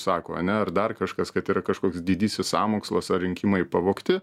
sako ane ar dar kažkas kad yra kažkoks didysis sąmokslas ar rinkimai pavogti